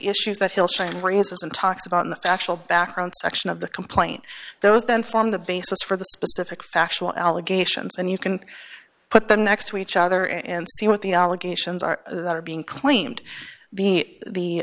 issues that he'll show and raises and talks about the factual background section of the complaint those then form the basis for the specific factual allegations and you can put them next to each other and see what the allegations are that are being claimed be the